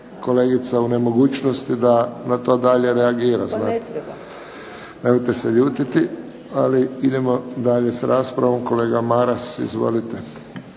kolegica u nemogućnosti da na to dalje reagira, znate. Nemojte se ljutiti, ali idemo dalje s raspravom. Kolega Maras, izvolite.